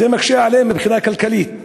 וזה מקשה עליהם מבחינה כלכלית.